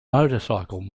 motorcycle